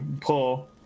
pull